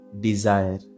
desire